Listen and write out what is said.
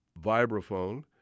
vibraphone